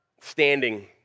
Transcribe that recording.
standing